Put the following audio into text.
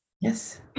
Yes